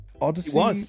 odyssey